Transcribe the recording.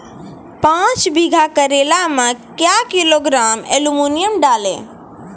पाँच बीघा करेला मे क्या किलोग्राम एलमुनियम डालें?